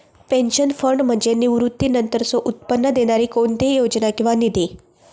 pension fund म्हणजे निवृत्तीनंतरचो उत्पन्न देणारी कोणतीही योजना किंवा निधी